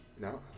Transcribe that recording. No